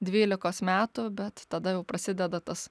dvylikos metų bet tada jau prasideda tas